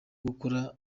gukora